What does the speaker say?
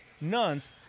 nuns